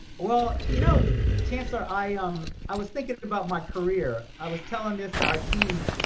well, you know chancellor, i um i was thinking about my career. i was telling this to our team,